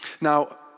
now